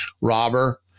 robber